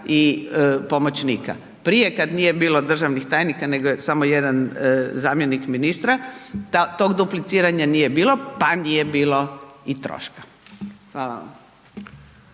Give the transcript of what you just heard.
i pomoćnika. Prije kada nije bilo državnih tajnika, nego je samo, jedan zamjenik ministra, tog dupliciranja nije bilo, pa nije bilo ni troška. Hvala